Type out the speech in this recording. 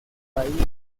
país